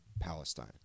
Palestine